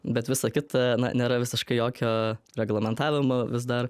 bet visa kita na nėra visiškai jokio reglamentavimo vis dar